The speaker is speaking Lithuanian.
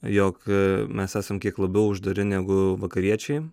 jog mes esam kiek labiau uždari negu vakariečiai